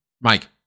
Mike